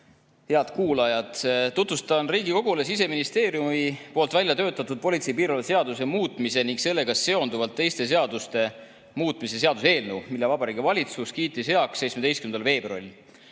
Head kuulajad! Tutvustan Riigikogule Siseministeeriumi välja töötatud politsei ja piirivalve seaduse muutmise ning sellega seonduvalt teiste seaduste muutmise seaduse eelnõu, mille Vabariigi Valitsus kiitis heaks 17.